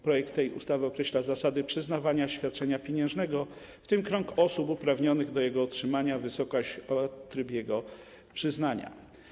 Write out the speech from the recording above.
Projekt tej ustawy określa zasady przyznawania świadczenia pieniężnego, w tym krąg osób uprawnionych do jego otrzymania, wysokość świadczenia oraz tryb jego przyznania.